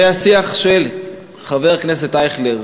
והשיח של חבר הכנסת אייכלר,